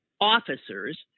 officers